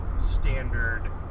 standard